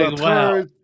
wow